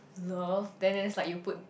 love then then it's like you put